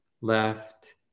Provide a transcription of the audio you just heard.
left